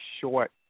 short